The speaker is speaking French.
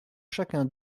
chacun